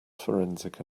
forensic